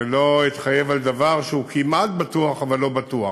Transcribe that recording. ולא אתחייב על דבר שהוא כמעט בטוח אבל לא בטוח.